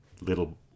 little